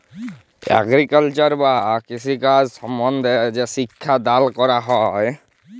agriculture বা কৃষিকাজ সম্বন্ধে যে শিক্ষা দাল ক্যরা হ্যয়